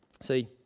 See